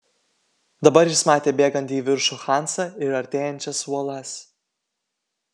dabar jis matė bėgantį į viršų hansą ir artėjančias uolas